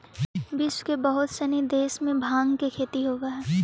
विश्व के बहुत सनी देश में भाँग के खेती होवऽ हइ